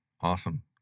Awesome